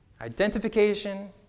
Identification